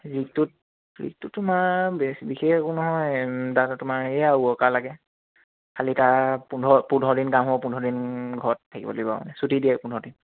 ৰিগটোত ৰিগটো তোমাৰ বেছ বিশেষ একো নহয় দাদা তোমাৰ সেয়া আৰু ৱৰ্কাৰ লাগে খালি তাৰ পোন্ধৰ পোন্ধৰ দিন কাম হ'ব পোন্ধৰ দিন ঘৰত থাকিব লাগিব মানে ছুটি দিয়ে পোন্ধৰ দিন